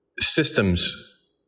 systems